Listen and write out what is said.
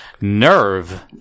Nerve